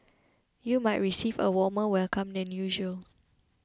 you might receive a warmer welcome than usual